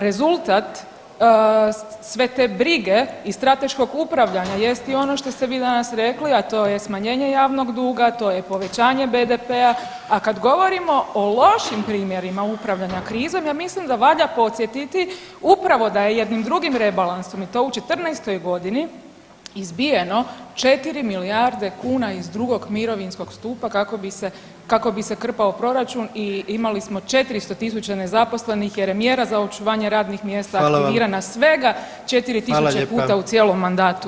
Rezultat sve te brige i strateškog upravljanja jest i ono što ste vi danas rekli, a to je smanjenje javnog duga, to je povećanje BDP-a, a kad govorimo o lošim primjerima upravljanja krizom ja mislim da valja podsjetiti upravo da je jednim drugim rebalansom i to u '14.-toj godini izbijeno 4 milijarde kuna iz drugog mirovinskog stupa kako bi se, kako bi se krpao proračun i imali smo 400.000 nezaposlenih jer je mjera za očuvanje radnih mjesta [[Upadica: Hvala vam.]] aktivirana svega 4000 puta u cijelom mandatu.